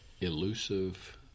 elusive